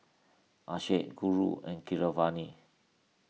Akshay Guru and Keeravani